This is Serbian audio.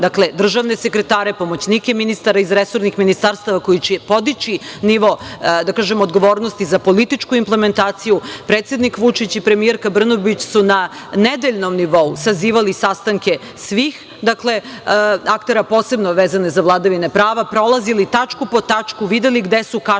dakle, državne sekretare, pomoćnike ministara iz resornih ministarstava, koji će podići nivo odgovornosti za političku implementaciju. Predsednik Vučić i premijerka Brnabić su na nedeljnom nivou sazivali sastanke svih aktera, posebno vezane za vladavine prava, prolazili tačku po tačku, videli gde su kašnjenja,